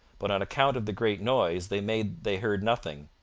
but on account of the great noise they made they heard nothing.